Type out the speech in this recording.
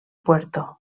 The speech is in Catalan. puerto